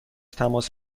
تماس